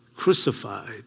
crucified